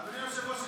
אדוני היושב-ראש,